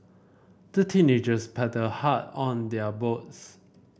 the teenagers paddled hard on their boats